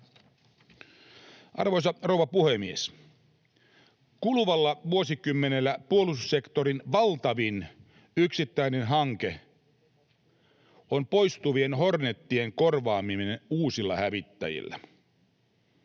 Arvoisa rouva puhemies! Kuluvalla vuosikymmenellä puolustussektorin valtavin yksittäinen hanke on poistuvien Hornetien korvaaminen uusilla hävittäjillä.